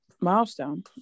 milestone